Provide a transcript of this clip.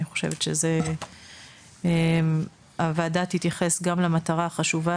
אני חושבת שהוועדה תתייחס גם למטרה החשובה